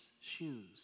shoes